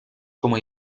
como